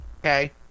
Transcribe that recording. okay